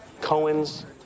Cohen's